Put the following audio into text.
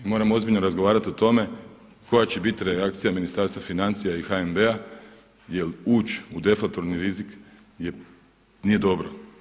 I moramo ozbiljno razgovarati o tome koja će biti reakcija Ministarstva financija i HNB-a jer uči u deflatorni rizik nije dobro.